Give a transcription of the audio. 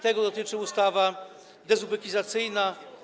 Tego dotyczy ustawa dezubekizacyjna.